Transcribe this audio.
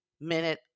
minute